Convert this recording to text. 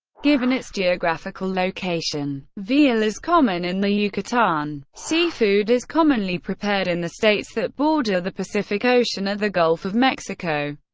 given its geographical location. veal is common in the yucatan. seafood is commonly prepared in the states that border the pacific ocean or the gulf of mexico,